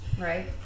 right